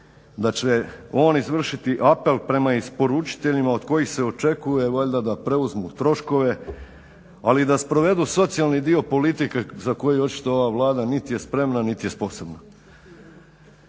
da će on izvršiti apel prema isporučiteljima od kojih se očekuje valjda da preuzmu troškove ali i da sprovedu socijalni dio politike za koji očito ova Vlada niti je spremna, niti je sposobna.